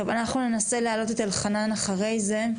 טוב, אנחנו ננסה להעלות את אלחנן אחרי זה.